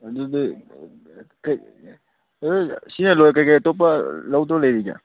ꯑꯗꯨꯗꯤ ꯁꯤꯅ ꯂꯣꯏ ꯀꯔꯤ ꯀꯔꯤ ꯑꯇꯣꯞꯄ ꯂꯧꯗꯣꯏ ꯂꯩꯔꯤꯒꯦ